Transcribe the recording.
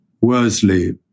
Worsley